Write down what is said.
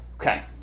Okay